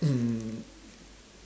um